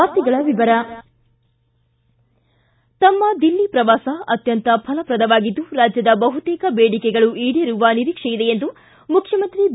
ವಾರ್ತೆಗಳ ವಿವರ ತಮ್ನ ದಿಲ್ಲಿ ಪ್ರವಾಸ ಅತ್ತಂತ ಫಲಪ್ರದವಾಗಿದ್ದು ರಾಜ್ಜದ ಬಹುತೇಕ ಬೇಡಿಕೆಗಳು ಈಡೇರುವ ನಿರೀಕ್ಷೆ ಇದೆ ಎಂದು ಮುಖ್ಯಮಂತ್ರಿ ಬಿ